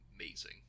amazing